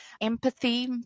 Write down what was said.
empathy